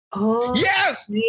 Yes